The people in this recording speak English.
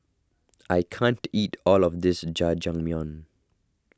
I can't eat all of this Jajangmyeon